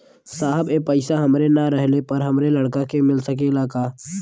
साहब ए पैसा हमरे ना रहले पर हमरे लड़का के मिल सकेला का?